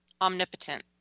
omnipotent